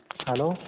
hello